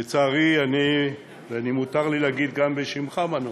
לצערי, ומותר לי להגיד גם בשמך, מנו,